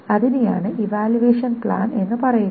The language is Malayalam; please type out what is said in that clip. അതിനെയാണ് ഇവാലുവേഷൻ പ്ലാൻ എന്ന് പറയുന്നത്